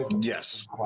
Yes